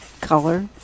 color